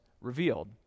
revealed